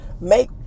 make